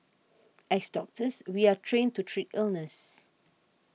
as doctors we are trained to treat illness